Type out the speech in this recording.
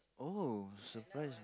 oh surprising